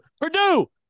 Purdue